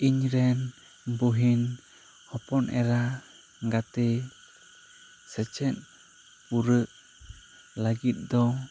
ᱤᱧ ᱨᱮᱱ ᱵᱚᱦᱤᱱ ᱦᱚᱯᱚᱱ ᱮᱨᱟ ᱜᱟᱛᱮ ᱥᱮ ᱪᱮᱫ ᱯᱩᱨᱟᱹ ᱞᱟᱹᱜᱤᱫ ᱫᱚ